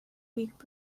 week